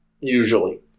usually